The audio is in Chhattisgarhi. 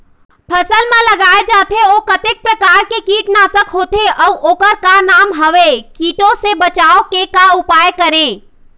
फसल म लगाए जाथे ओ कतेक प्रकार के कीट नासक होथे अउ ओकर का नाम हवे? कीटों से बचाव के का उपाय करें?